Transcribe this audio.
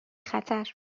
خطر